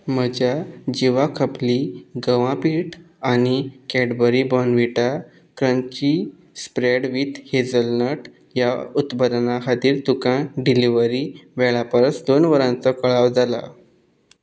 म्हज्या जिवा खपली गंवां पीठ आनी Cadbury Bournvita crunchy spread with hazelnut ह्या उत्पादनां खातीर तुका डिलिवरी वेळा परस दोन वरांचो कळाव जाला